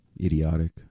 Idiotic